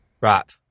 Right